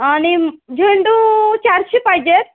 आणि म झेंडू चारशे पाहिजे आहेत